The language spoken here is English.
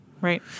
Right